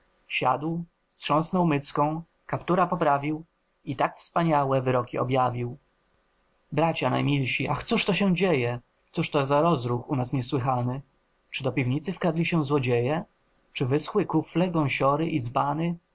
siadł strząsnął mycką kaptura poprawił i tak wspaniałe wyroki objawił bracia najmilsi ach cóż się to dzieje cóżto za rozruch u nas niesłychany czy do piwnicy wkradli się złodzieje czy wyschły kufle gąsiory i dzbany